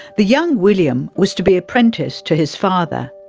the young william was to be apprenticed to his father,